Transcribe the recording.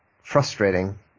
frustrating